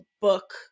book